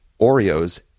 Oreos